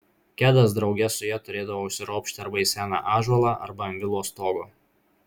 kedas drauge su ja turėdavo užsiropšti arba į seną ąžuolą arba ant vilos stogo